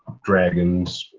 dragons